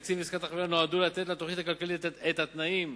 התקציב ועסקת החבילה נועדו לתת לתוכנית הכלכלית את התנאים